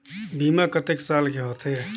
बीमा कतेक साल के होथे?